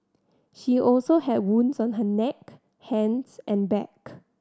she also had wounds on her neck hands and back